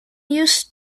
used